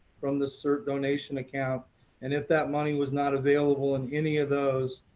from the cert doecasionnation account and if that money was not available in any of those,